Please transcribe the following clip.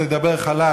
לדבר חלש,